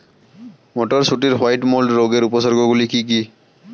মটরশুটির white mould রোগের উপসর্গগুলি কী কী?